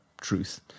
truth